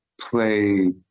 play